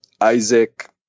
Isaac